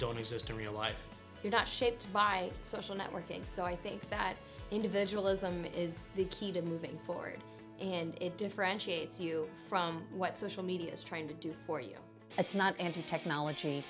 don't exist in real life you're not shaped by social networking so i think that individual ism is the key to moving forward and it differentiates you from what social media is trying to do for you it's not anti technology